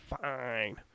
fine